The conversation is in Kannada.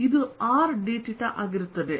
ಇದು r dθ ಆಗಿರುತ್ತದೆ